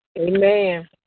Amen